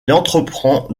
entreprend